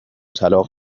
طلاق